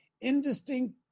indistinct